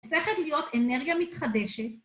הופכת להיות אנרגיה מתחדשת